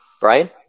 Brian